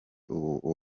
uwo